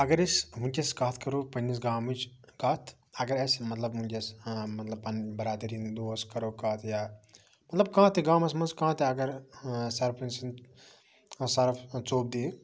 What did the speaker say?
اگر أسۍ وٕنکیٚس کتھ کرو پَننِس گامٕچ کتھ اگر اَسہِ مَطلَب وٕنکیٚس مَطلَب پَننہِ بَرادری ہٕنٛد دوس کرو کتھ یا مَطلَب کانٛہہ تہِ گامَس مَنٛز کانٛہہ تہِ اگر سَرپھٕ سٕنٛدِ سرپھ ژوٚپ دِیہِ